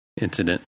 incident